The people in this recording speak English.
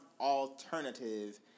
alternative